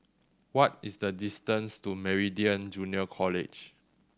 what is the distance to Meridian Junior College